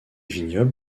vignobles